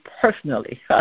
personally